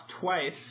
twice